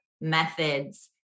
methods